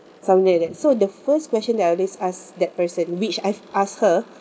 something like that so the first question that I always ask that person which I've asked her